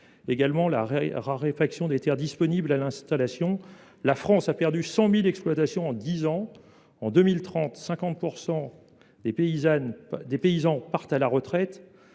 également la raréfaction des terres disponibles à l’installation. La France a perdu 100 000 exploitations en dix ans. À l’horizon 2030, 50 % des paysans partiront à la retraite.